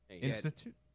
Institute